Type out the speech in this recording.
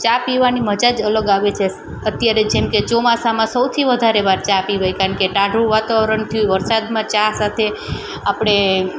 ચા પીવાની મજા જ અલગ આવે છે સ અત્યારે જેમકે ચોમાસામાં સૌથી વધારે વાર ચા પીવાય કારણકે ટાઢું વાતાવરણ થયું વરસાદમાં ચા સાથે આપણે